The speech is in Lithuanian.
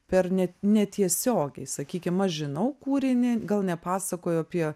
per ne netiesiogiai sakykim aš žinau kūrinį gal nepasakoju apie